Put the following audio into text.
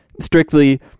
strictly